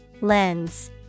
Lens